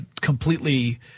completely